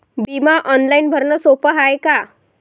बिमा ऑनलाईन भरनं सोप हाय का?